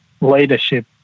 leadership